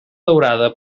daurada